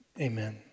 amen